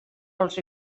els